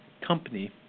company